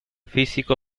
físico